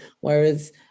whereas